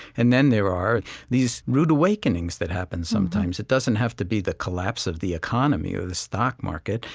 and then there are these rude awakenings that happen sometimes. it doesn't have to be the collapse of the economy or the stock market.